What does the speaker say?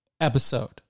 episode